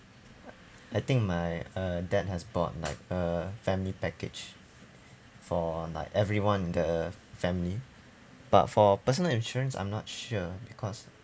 I think my uh dad has bought like a family package for like everyone in the family but for personal insurance I'm not sure because